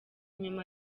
nyuma